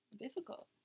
Difficult